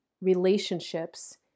relationships